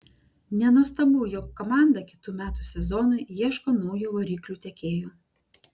nenuostabu jog komanda kitų metų sezonui ieško naujo variklių tiekėjo